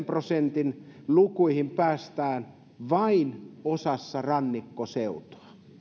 prosentin lukuihin päästään vain osassa rannikkoseutua